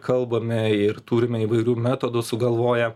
kalbame ir turime įvairių metodų sugalvoję